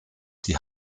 die